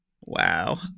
Wow